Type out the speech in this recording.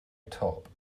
top